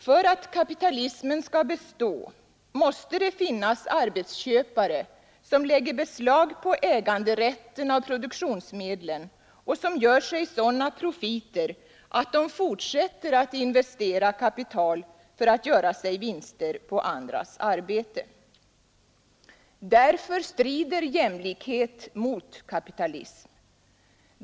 För att kapitalismen skall bestå måste det finnas arbetsköpare, som lägger beslag på äganderätten till produktionsmedlen och gör sig sådana profiter att de fortsätter att investera kapital för att skaffa sig vinster på andras arbete. Därför strider jämlikhet mot kapitalism.